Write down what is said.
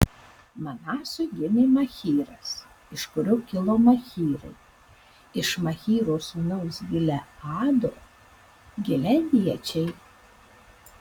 manasui gimė machyras iš kurio kilo machyrai iš machyro sūnaus gileado gileadiečiai